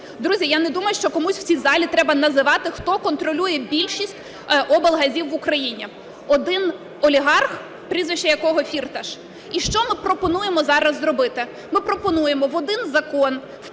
Друзі, я не думаю, що комусь в цій залі треба називати, хто контролює більшість облгазів в Україні. Один олігарх, прізвище якого Фірташ. І що ми пропонуємо зараз зробити? Ми пропонуємо в один закон